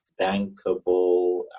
bankable